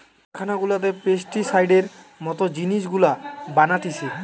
যে কারখানা গুলাতে পেস্টিসাইডের মত জিনিস গুলা বানাতিছে